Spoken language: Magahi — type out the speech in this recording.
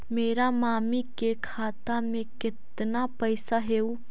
मेरा मामी के खाता में कितना पैसा हेउ?